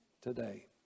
today